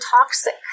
toxic